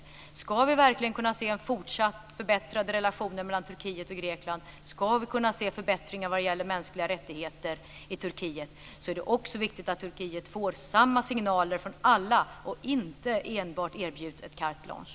Ska vi verkligen kunna se en fortsatt förbättrad relation mellan Turkiet och Grekland, ska vi kunna se förbättringar vad gäller mänskliga rättigheter i Turkiet är det också viktigt att Turkiet får samma signaler från alla och inte enbart erbjuds ett carte blanche.